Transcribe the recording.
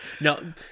No